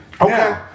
Okay